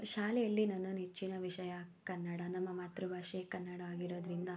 ಶಾಲೆಯಲ್ಲಿ ನನ್ನ ನೆಚ್ಚಿನ ವಿಷಯ ಕನ್ನಡ ನಮ್ಮ ಮಾತೃಭಾಷೆ ಕನ್ನಡ ಆಗಿರೋದರಿಂದ